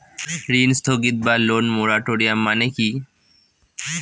ঋণ স্থগিত বা লোন মোরাটোরিয়াম মানে কি?